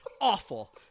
Awful